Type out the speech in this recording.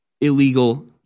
illegal